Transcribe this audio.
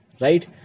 Right